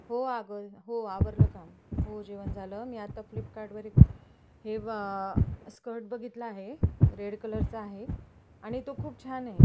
हो अगं हो आवरलं काम हो जेवण झालं मी आत्ता फ्लिपकार्टवर एक हे वा स्कर्ट बघितला आहे रेड कलरचा आहे आणि तो खूप छान आहे